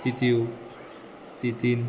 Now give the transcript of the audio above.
तित्यू तितीन